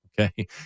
okay